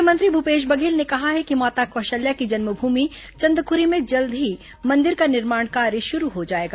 मुख्यमंत्री भूपेश बधेल ने कहा है कि माता कौशल्या की जन्मभूमि चंदखुरी में जल्द ही मंदिर का निर्माण कार्य शुरू हो जाएगा